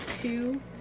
two